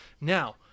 Now